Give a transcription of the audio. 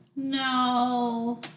no